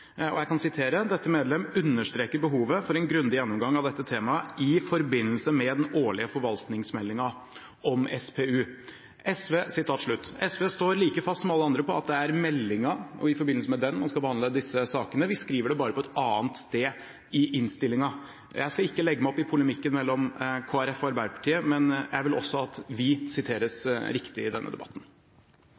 medlem vil understreke behovet for en grundig gjennomgang av dette temaet i forbindelse med den årlige forvaltningsmeldinga om Statens pensjonsfond.» SV står like fast som alle andre på at det er i forbindelse med meldingen man skal behandle disse sakene. Vi skriver det bare på et annet sted i innstillingen. Jeg skal ikke legge meg opp i polemikken mellom Kristelig Folkeparti og Arbeiderpartiet, men jeg vil at vi skal siteres riktig i denne debatten.